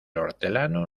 hortelano